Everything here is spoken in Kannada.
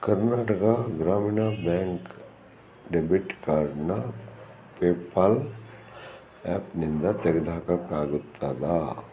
ಕರ್ನಾಟಕ ಗ್ರಾಮೀಣ ಬ್ಯಾಂಕ್ ಡೆಬಿಟ್ ಕಾರ್ಡ್ನ ಪೇಪಾಲ್ ಆ್ಯಪ್ನಿಂದ ತೆಗ್ದು ಹಾಕಕ್ಕೆ ಆಗುತ್ತದಾ